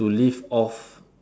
to live off